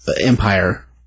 Empire